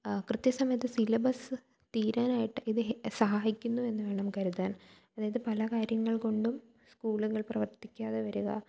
കൃത്യസമയത്ത് സിലബസ് തീരാനായിട്ട് ഇത് സഹായിക്കുന്നു എന്ന് വേണം കരുതാൻ അതായത് പല കാര്യങ്ങൾ കൊണ്ടും സ്കൂളുകൾ പ്രവർത്തിക്കാതെ വരിക